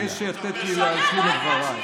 שנייה.